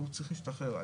צריך להשתחרר.